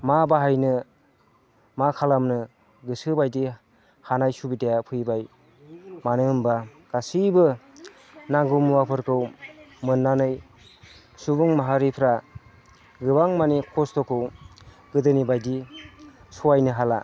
मा बाहायनो मा खालामनो गोसो बायदियै हानाय सुबिदाया फैबाय मानो होमब्ला गासैबो नांगौ मुवाफोरखौ मोननानै सुबुं माहारिफ्रा गोबां मानि खस्थ'खौ गोदोनि बायदि सहायनो हाला